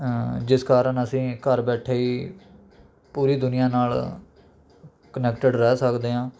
ਜਿਸ ਕਾਰਨ ਅਸੀਂ ਘਰ ਬੈਠੇ ਹੀ ਪੂਰੀ ਦੁਨੀਆ ਨਾਲ ਕਨੈਕਟਿਡ ਰਹਿ ਸਕਦੇ ਹਾਂ